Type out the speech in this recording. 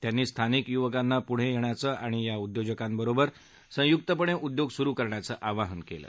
त्यांनी स्थानिक युवकांना पुढे येण्याचं आणि या उद्योजकांबरोबर संयुक्तपणे उद्योग सुरु करण्याचं आवाहन केलं